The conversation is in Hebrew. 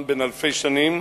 עם בן אלפי שנים,